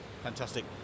Fantastic